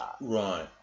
Right